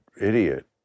idiot